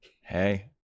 Hey